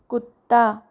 कुत्ता